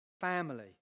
family